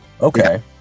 okay